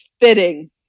fitting